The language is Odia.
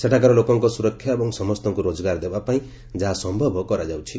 ସେଠାକାର ଲୋକଙ୍କ ସ୍କରକ୍ଷା ଏବଂ ସମସ୍ତଙ୍କୁ ରୋଜଗାର ଦେବାପାଇଁ ଯାହା ସମ୍ଭବ କରାଯାଉଛି